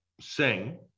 sing